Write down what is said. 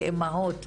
כאימהות,